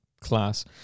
class